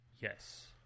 Yes